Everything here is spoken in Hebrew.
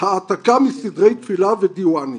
העתקה מספרי תפילה ודיוואנים,